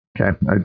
Okay